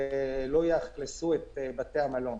ולא יאכלסו את בתי המלון.